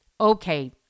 Okay